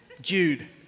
Jude